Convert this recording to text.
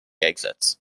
exits